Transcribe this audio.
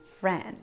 friend